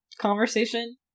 conversation